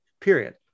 period